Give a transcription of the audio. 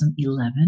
2011